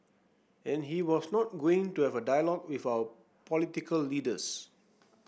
and he was not going to have a dialogue with our political leaders